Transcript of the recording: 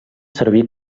servir